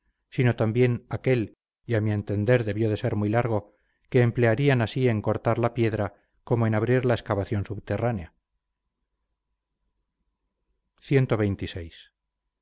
sino también aquel y a mi entender debió ser muy largo que emplearían así en cortar la piedra como en abrir la excavación subterránea